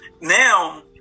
Now